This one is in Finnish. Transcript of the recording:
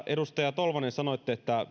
edustaja tolvanen että